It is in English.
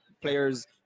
players